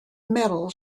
metal